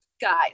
guys